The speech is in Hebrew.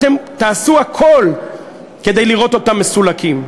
אתם תעשו הכול כדי לראות אותם מסולקים.